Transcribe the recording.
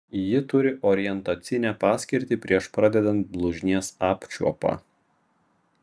ji turi orientacinę paskirtį prieš pradedant blužnies apčiuopą